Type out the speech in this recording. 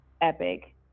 epic